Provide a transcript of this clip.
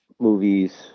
movies